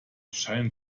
scheint